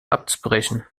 abzubrechen